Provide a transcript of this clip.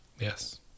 Yes